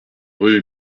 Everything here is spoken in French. rue